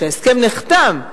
כשההסכם נחתם,